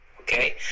okay